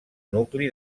nucli